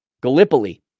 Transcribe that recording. Gallipoli